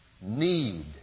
need